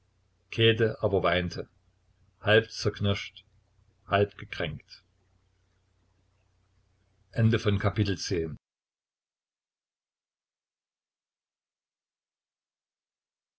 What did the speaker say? käthe aber weinte halb zerknirscht halb gekränkt